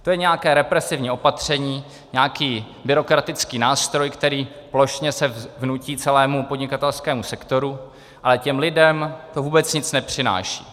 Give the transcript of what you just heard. To je nějaké represivní opatření, nějaký byrokratický nástroj, který se plošně vnutí celému podnikatelskému sektoru, ale těm lidem to vůbec nic nepřináší.